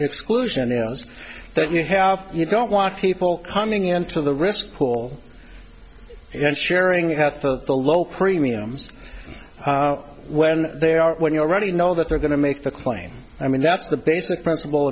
exclusion areas that you have you don't want people coming into the risk pool and sharing the health of the low premiums when they are when you already know that they're going to make the claim i mean that's the basic principle